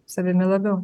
savimi labiau